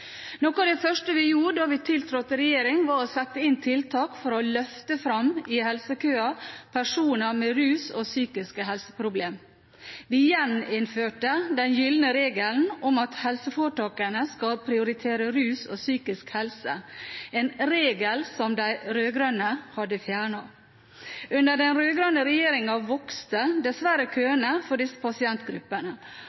Noe av det første vi gjorde da vi tiltrådte regjering, var å sette inn tiltak for å løfte fram i helsekøen personer med rusproblemer og psykiske helseproblemer. Vi gjeninnførte den gylne regelen om at helseforetakene skal prioritere rus og psykisk helse, en regel som de rød-grønne hadde fjernet. Under den rød-grønne regjeringen vokste dessverre